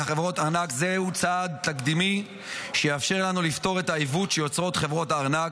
זהו צעד תקדימי שיאפשר לנו לפתור את העיוות שיוצרות חברות הארנק,